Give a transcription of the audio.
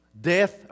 Death